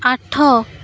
ଆଠ